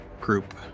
group